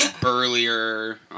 burlier